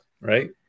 right